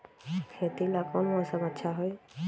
खेती ला कौन मौसम अच्छा होई?